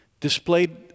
displayed